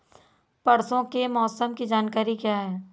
परसों के मौसम की जानकारी क्या है?